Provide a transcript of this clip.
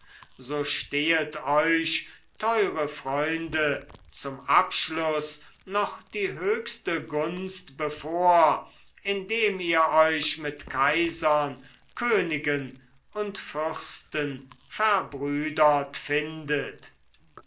so stehet euch teure freunde zum abschluß noch die höchste gunst bevor indem ihr euch mit kaisern königen und fürsten verbrüdert findet